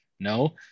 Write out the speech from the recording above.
No